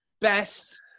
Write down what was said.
best